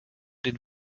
den